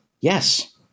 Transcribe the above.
Yes